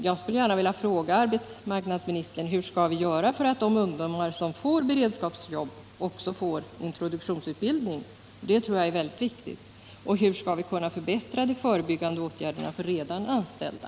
Jag skulle gärna vilja fråga arbetsmarknadsministern: Hur skall vi göra för att de ungdomar som får beredskapsjobb också skall få introduktionsutbildning — som jag tror är väldigt viktig? Och hur skall vi förbättra de förebyggande åtgärderna för redan anställda?